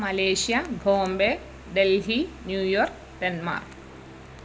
Malaysia Bombay Delhi New York Denmark